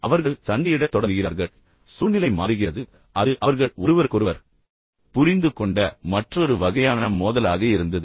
அவர்கள் சண்டையிடத் தொடங்குகிறார்கள் அவர்கள் விரும்பவில்லை பின்னர் அது மாறும் ஒரு சூழ்நிலை உள்ளது அது அவர்கள் ஒருவருக்கொருவர் புரிந்து கொண்ட மற்றொரு வகையான மோதலாக இருந்தது